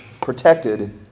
protected